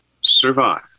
survive